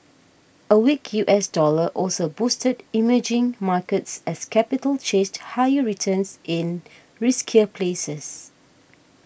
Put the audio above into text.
a weak U S dollar also boosted emerging markets as capital chased higher returns in riskier places